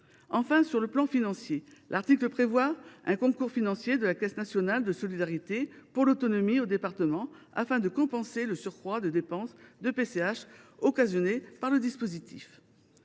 plus juste. Enfin, l’article 3 prévoit un concours financier de la Caisse nationale de solidarité pour l’autonomie aux départements, afin de compenser le surcroît de dépenses de PCH occasionné par le dispositif.